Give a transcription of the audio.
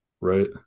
right